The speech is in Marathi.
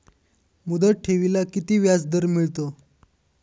मुदत ठेवीला किती व्याजदर मिळतो?